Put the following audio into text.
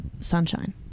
sunshine